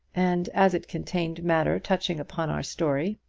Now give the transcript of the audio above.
and as it contained matter touching upon our story,